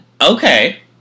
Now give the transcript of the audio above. Okay